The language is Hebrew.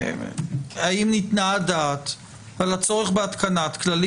האם ניתנה הדעת על הצורך בהתקנת כללים